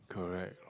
correct